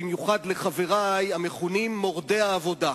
במיוחד אל חברי המכונים "מורדי העבודה".